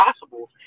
possible